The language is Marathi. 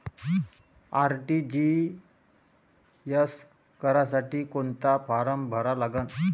आर.टी.जी.एस करासाठी कोंता फारम भरा लागन?